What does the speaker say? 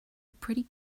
pretty